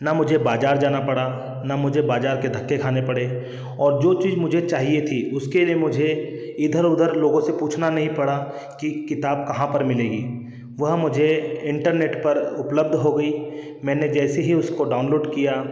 ना मुझे बाज़ार जाना पड़ा ना मुझे बाज़ार के धक्के खाने पड़े और जो चीज़ मुझे चाहिए थी उसके लिए मुझे इधर उधर लोगों से पूछना नहीं पड़ा कि किताब कहाँ पर मिलेगी वह मुझे इंटरनेट पर उपलब्ध हो गई मैंने जैसे ही उसको डाउनलोड किया